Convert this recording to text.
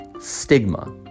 stigma